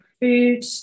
food